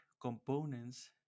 components